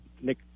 Nick